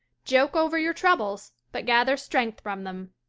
joke over your troubles but gather strength from them,